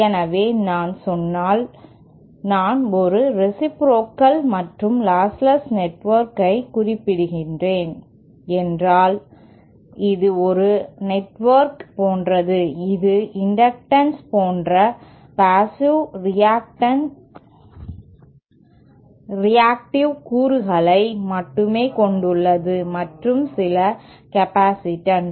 எனவே நான் சொன்னால் நான் ஒரு ரேசிப்ரோகல் மற்றும் லாஸ்ட்லெஸ் நெட்ஒர்க்கை குறிப்பிடுகிறேன் என்றால் இது ஒரு நெட்வொர்க் போன்றது இது இண்டக்டன்ஸ் போன்ற பேஸ்ஸிவ் ரியாக்டிவ் கூறுகளை மட்டுமே கொண்டுள்ளது மற்றும் சில கபேசிடான்ஸ்